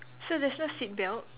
so there's no seat belt